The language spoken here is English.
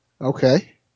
Okay